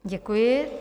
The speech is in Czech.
Děkuji.